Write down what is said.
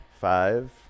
Five